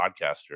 podcaster